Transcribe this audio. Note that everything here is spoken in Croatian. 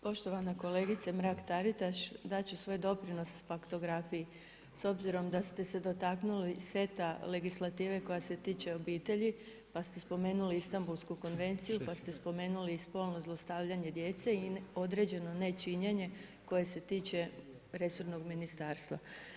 Poštovana kolegice Mrak Taritaš, dat ću svoj doprinos faktografiji s obzirom da ste se dotaknuli seta legislative koja se tiče obitelji pa ste spomenuli Istambulsku konvenciju pa ste spomenuli i spolno zlostavljanje djece i određeno ne činjenje koje se tiče resornog ministarstva.